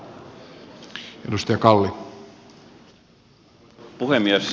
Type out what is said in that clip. arvoisa puhemies